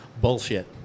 Bullshit